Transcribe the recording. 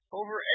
over